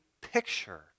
picture